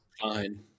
fine